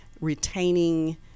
retaining